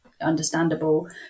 understandable